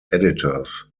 editors